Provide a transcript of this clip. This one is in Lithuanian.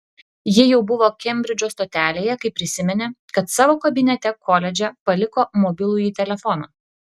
ji jau buvo kembridžo stotelėje kai prisiminė kad savo kabinete koledže paliko mobilųjį telefoną